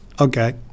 Okay